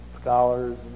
scholars